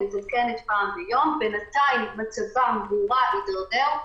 מתעדכנת פעם ביום ובינתיים מצבם הורע והידרדר,